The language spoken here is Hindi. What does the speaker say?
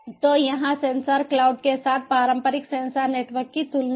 तो यहाँ सेंसर क्लाउड के साथ पारंपरिक सेंसर नेटवर्क की तुलना है